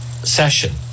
session